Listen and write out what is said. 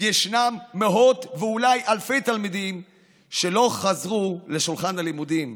יש מאות ואולי אלפי תלמידים שלא חזרו לשולחן הלימודים.